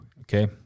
okay